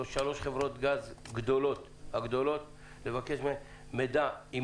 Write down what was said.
שלוש חברות גז גדולות - נבקש מידע עם